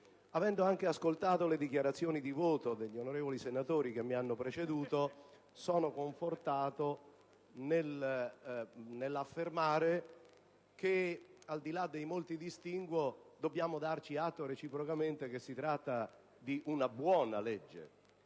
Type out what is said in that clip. Avendo anche ascoltato le dichiarazioni di voto degli onorevoli senatori che mi hanno preceduto, sono confortato nell'affermare che, al di là dei molti distinguo, dobbiamo darci atto reciprocamente che si tratta di una buona legge.